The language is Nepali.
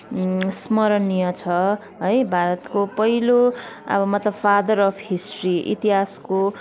स्मरणीय छ है भारतको पहिलो अब मतलब फादर अफ हिस्ट्री इतिहासको